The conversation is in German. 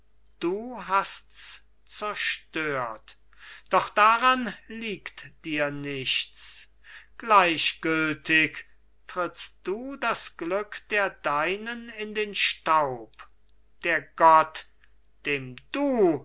du hasts zerstört doch daran liegt dir nichts gleichgültig trittst du das glück der deinen in den staub der gott dem du